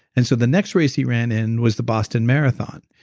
and so the next race he ran in was the boston marathon,